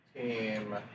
team